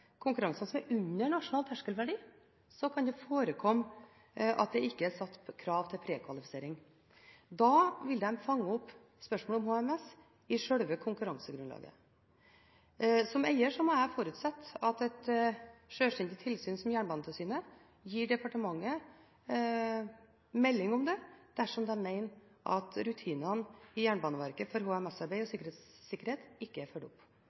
som er under nasjonal terskelverdi, kan det forekomme at det ikke er satt krav til preklassifisering. Da vil man fange opp spørsmålet om HMS i sjølve konkurransegrunnlaget. Som eier må jeg forutsette at et sjølstendig tilsyn som Jernbanetilsynet gir departementet melding dersom man mener at HMS og sikkerhetsrutiner i Jernbaneverket ikke er fulgt opp. Den type beskjed har departementet meg bekjent ikke